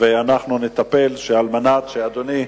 ואנחנו נטפל, על מנת שאדוני,